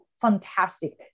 fantastic